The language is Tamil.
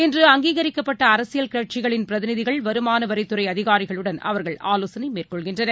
இன்று அங்கீகரிக்கப்பட்டஅரசியல் கட்சிகளின் பிரதிநிதிகள் வருமானவரித்துறைஅதிகாரிகளுடன் அவர்கள் ஆலோசனைமேற்கொள்கின்றனர்